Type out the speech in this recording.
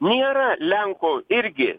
nėra lenkų irgi